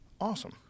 Awesome